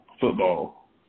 football